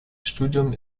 studium